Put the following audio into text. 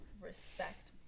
respect